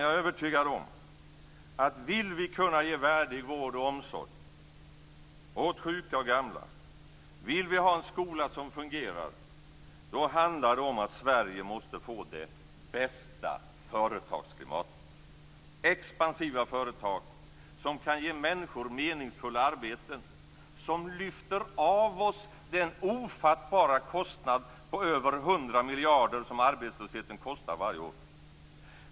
Jag är övertygad om att det, om vi vill vi kunna ge värdig vård och omsorg åt sjuka och gamla och om vi vill ha en skola som fungerar, handlar om att Sverige måste få det bästa företagsklimatet med expansiva företag som kan ge människor meningsfulla arbeten och som lyfter av oss den ofattbara kostnad på över 100 miljarder kronor som arbetslösheten kostar varje år.